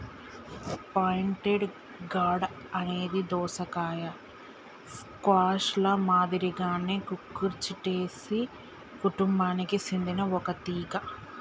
pointed gourd అనేది దోసకాయ, squash ల మాదిరిగానే కుకుర్చిటేసి కుటుంబానికి సెందిన ఒక తీగ